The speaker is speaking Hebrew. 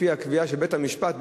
כפי הקביעה של בית-המשפט,